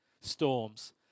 storms